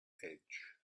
edge